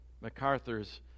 MacArthur's